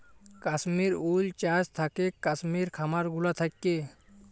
Kashmir wool চাস থাকেক কাশ্মির খামার গুলা থাক্যে